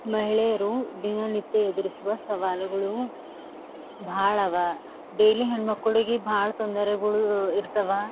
ಮಹಿಳೆಯರು ದಿನನಿತ್ಯ ಎದುರಿಸುವ ಸವಾಲುಗಳು ಭಾಳ ಅವ ಡೇಲಿ ಹೆಣ್ಮಕ್ಕಳಿಗೆ ಭಾಳ ತೊಂದರೆಗಳು ಇರ್ತವೆ